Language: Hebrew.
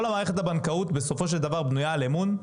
כל מערכת הבנקאות בסופו של דבר בנויה על אמון,